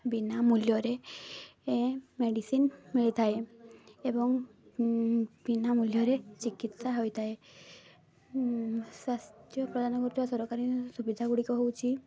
ବିନା ମୂଲ୍ୟରେ ମେଡ଼ିସିନ ମିଳିଥାଏ ଏବଂ ବିନା ମୂଲ୍ୟରେ ଚିକିତ୍ସା ହୋଇଥାଏ ସ୍ୱାସ୍ଥ୍ୟ ପ୍ରଦାନ କରୁଥିବା ସରକାରୀ ସୁବିଧା ଗୁଡ଼ିକ ହେଉଛି